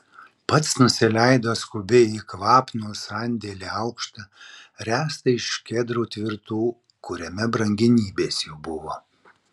pats nusileido skubiai į kvapnų sandėlį aukštą ręstą iš kedrų tvirtų kuriame brangenybės jų buvo